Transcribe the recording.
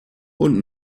und